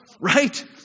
Right